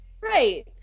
Right